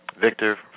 Victor